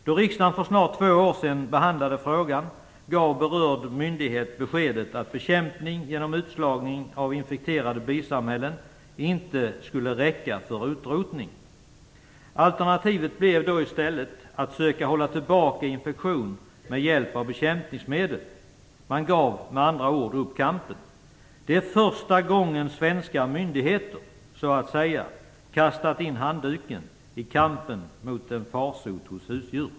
Då riksdagen för snart två år sedan behandlade frågan gav berörd myndighet beskedet att bekämpning genom utslagning av infekterade bisamhällen inte skulle räcka för utrotning. Alternativet blev då i stället att söka hålla tillbaka infektionen med hjälp av bekämpningsmedel. Man gav med andra ord upp kampen. Det är första gången svenska myndigheter kastat in handduken i kampen mot en farsot hos husdjur.